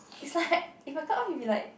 is like if I cut off it'll be like